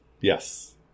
Yes